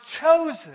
chosen